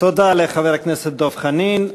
תודה לחבר הכנסת דב חנין.